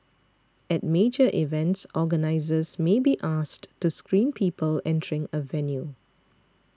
at major events organisers may be asked to screen people entering a venue